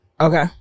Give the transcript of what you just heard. Okay